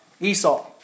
Esau